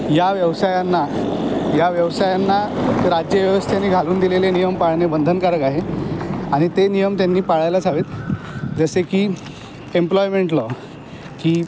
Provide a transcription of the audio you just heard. या व्यवसायांना या व्यवसायांना राज्यव्यवस्थेने घालून दिलेले नियम पाळणे बंधनकारक आहे आणि ते नियम त्यांनी पाळायलाच हवेत जसे की एम्प्लॉयमेंट लॉ की